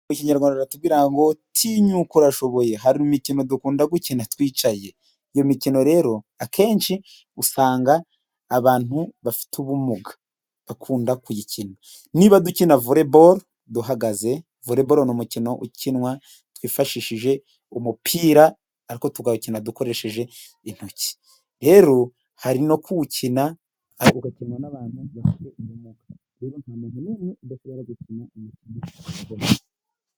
Mukinyarwanda baratubwira ngo tinyuka urashoboye, hari imikino dukunda gukina twicaye, izo mikino rero akenshi usanga abantu bafite ubumuga bakunda kuyikina, niba dukina voreboro duhagaze, voreboro n'umukino ukinwa twifashishije umupira ariko tugawukina dukoresheje intoki rero hari no kuwukina....